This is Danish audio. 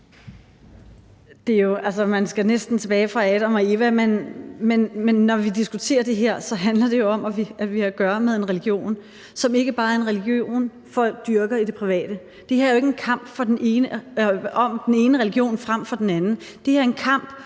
man skal næsten tilbage til Adam og Eva, men når vi diskuterer det her, handler det jo om, at vi har at gøre med en religion, som ikke bare er en religion, folk dyrker i det private. Det her er jo ikke en kamp om den ene religion frem for den anden. Det her er en kamp